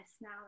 now